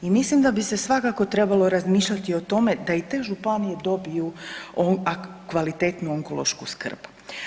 I mislim da bi se svakako trebalo razmišljati o tome da i te županije dobiju kvalitetnu onkološku skrb.